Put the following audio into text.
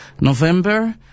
november